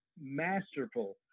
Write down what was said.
masterful